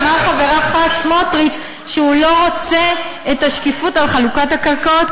אמר חברך סמוטריץ שהוא לא רוצה את השקיפות על חלוקת הקרקעות,